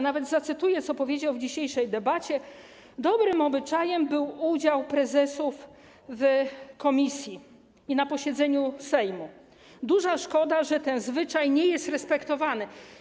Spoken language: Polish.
Nawet zacytuję, co powiedział w dzisiejszej debacie: dobrym obyczajem był udział prezesów w posiedzeniu komisji i na posiedzeniu Sejmu, duża szkoda, że ten zwyczaj nie jest respektowany.